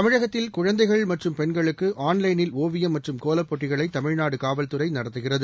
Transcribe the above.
தமிழகத்தில் குழந்தைகள் மற்றும் பெண்களுக்கு ஆன் லைனில் ஒவியம் மற்றும் கோலப்போட்டிகளை தமிழ்நாடு காவல்துறை நடத்துகிறது